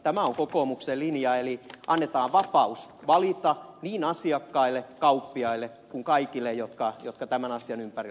tämä on kokoomuksen linja eli annetaan vapaus valita niin asiakkaille kauppiaille kuin kaikille jotka tämän asian ympärillä toimivat